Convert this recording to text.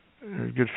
good